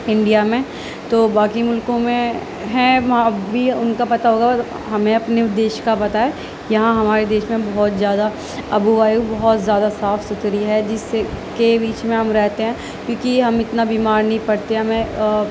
India میں تو باقی ملکوں میں ہیں وہاں بھی ان کا پتا ہوگا اور ہمیں اپنے دیش کا پتا ہے یہاں ہمارے دیش میں بہت جیادہ آب و ہوا بہت زیادہ صاف ستھری ہے جس سے کے بیچ میں ہم رہتے ہیں کیوں کہ ہم اتنا بیمار نہیں پڑتے ہمیں